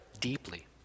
deeply